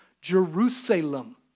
Jerusalem